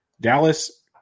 Dallas